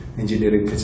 engineering